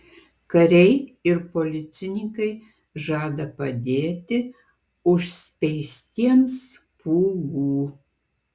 kariai ir policininkai žada padėti užspeistiems pūgų